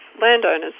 landowners